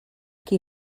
qui